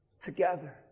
together